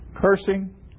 cursing